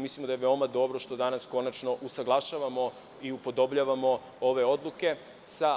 Mislim da je veoma dobro što danas konačno usaglašavamo i upodobljavamo ove odluke sa